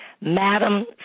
Madam